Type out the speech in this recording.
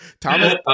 Thomas